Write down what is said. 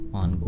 on